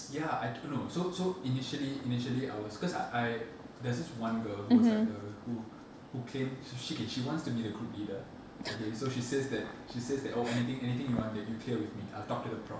ya I t~ no so so initially initially I was cause I there's this one girl who is like the who who claim she okay she wants to be the group leader okay so she says that she says that oh anything anything you want then you clear with me I'll talk to the prof